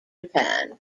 japan